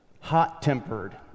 hot-tempered